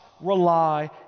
rely